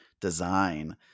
design